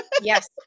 Yes